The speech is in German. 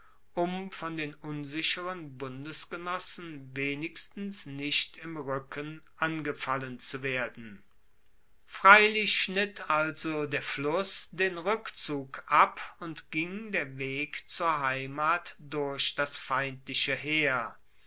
um von den unsicheren bundesgenossen wenigstens nicht im ruecken angefallen zu werden freilich schnitt also der fluss den rueckzug ab und ging der weg zur heimat durch das feindliche heer